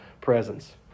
presence